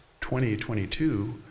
2022